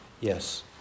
Yes